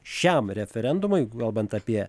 šiam referendumui kalbant apie